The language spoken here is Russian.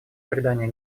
придания